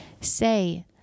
Say